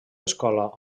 escola